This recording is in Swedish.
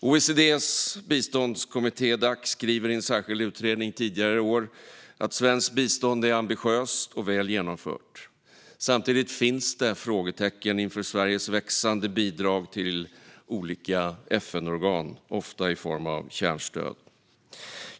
OECD:s biståndskommitté Dac skriver i en särskild utredning tidigare i år att svenskt bistånd är ambitiöst och väl genomfört. Samtidigt finns det frågetecken inför Sveriges växande bidrag till olika FN-organ, ofta i form av kärnstöd.